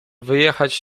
wyjechać